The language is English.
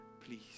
please